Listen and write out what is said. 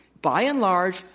by and large,